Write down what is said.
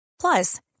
plus